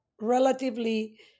relatively